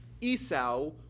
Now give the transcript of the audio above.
Esau